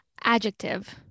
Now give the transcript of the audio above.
Adjective